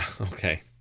Okay